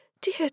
dear